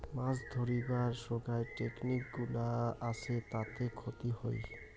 মাছ ধরিবার সোগায় টেকনিক গুলা আসে তাতে ক্ষতি হই